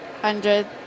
hundred